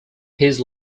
his